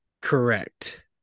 correct